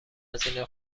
هزینه